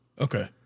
Okay